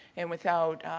and without,